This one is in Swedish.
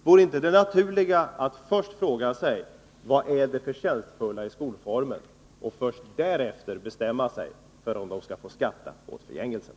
Vore inte det naturliga att först fråga sig: Vad är det förtjänstfulla i skolformen? Därefter kan man bestämma sig för om de här skolorna skall få skatta åt förgängelsen.